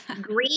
Green